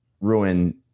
ruin